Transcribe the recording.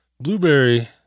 Blueberry